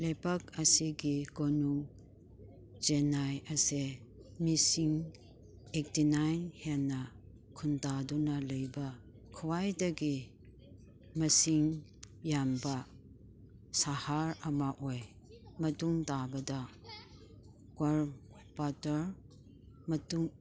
ꯂꯩꯕꯥꯛ ꯑꯁꯤꯒꯤ ꯀꯣꯅꯨꯡ ꯆꯦꯅꯥꯏ ꯑꯁꯦ ꯃꯤꯁꯤꯡ ꯑꯦꯠꯇꯤ ꯅꯥꯏꯟ ꯍꯦꯟꯅ ꯈꯨꯟꯗꯥꯗꯨꯅ ꯂꯩꯕ ꯈ꯭ꯋꯥꯏꯗꯒꯤ ꯃꯁꯤꯡ ꯌꯥꯝꯕ ꯁꯍꯔ ꯑꯃ ꯑꯣꯏ ꯃꯇꯨꯡ ꯇꯥꯕꯗ ꯀ꯭ꯋꯔ ꯄꯇꯔ ꯃꯇꯨꯡ